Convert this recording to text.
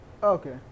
okay